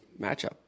matchup